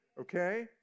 okay